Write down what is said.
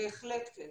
בהחלט כן.